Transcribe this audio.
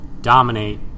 dominate